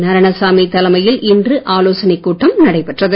நாராயணசாமி தலைமையில் இன்று ஆலோசனைக் கூட்டம் நடைபெற்றது